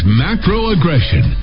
macro-aggression